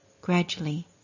gradually